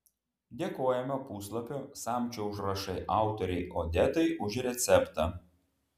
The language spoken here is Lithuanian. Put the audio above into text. dėkojame puslapio samčio užrašai autorei odetai už receptą